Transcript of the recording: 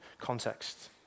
context